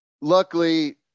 luckily